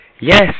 yes